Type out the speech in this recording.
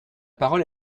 parole